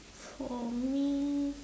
for me